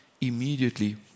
immediately